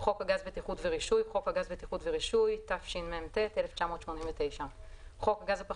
"חוק הגז (בטיחות ורישוי)" חוק הגז (בטיחות ורישוי),